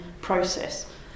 process